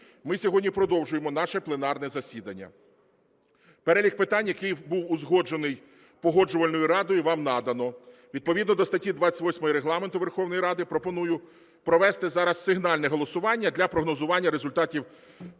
ми сьогодні продовжуємо наше пленарне засідання. Перелік питань, який був узгоджений Погоджувальною радою, вам наданий. Відповідно до статті 28 Регламенту Верховної Ради пропоную провести зараз сигнальне голосування для прогнозування результатів